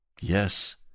Yes